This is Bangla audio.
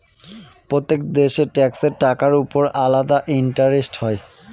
প্রত্যেক দেশের ট্যাক্সের টাকার উপর আলাদা ইন্টারেস্ট হয়